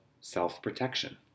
self-protection